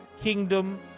Kingdom